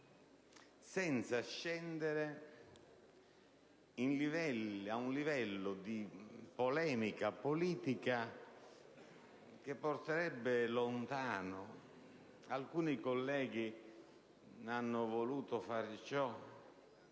senza scendere ad un livello di polemica politica che porterebbe lontano. Alcuni colleghi hanno voluto fare ciò,